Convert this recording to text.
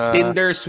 Tinder